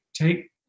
take